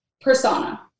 persona